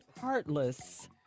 Heartless